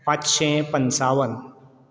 पांचशें पंचावन